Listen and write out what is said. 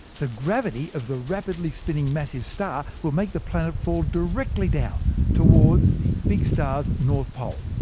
the gravity of the rapidly spinning massive star will make the planet fall directly down towards the big star's north pole.